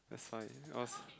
fight it off